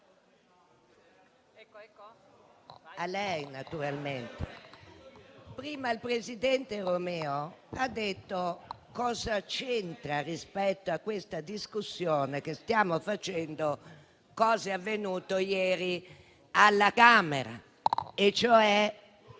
Signor Presidente, prima il presidente Romeo ha detto cosa c'entra rispetto alla discussione che stiamo facendo ciò che è avvenuto ieri alla Camera e cioè